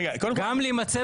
לכן ביקשתי